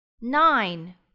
Nine